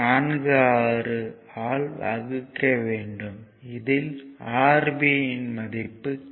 46 ஆல் வகுக்க வேண்டும் இதில் Rb மதிப்பு கிடைக்கும்